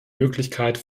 möglichkeit